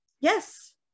Yes